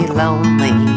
lonely